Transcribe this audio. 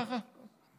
ככה?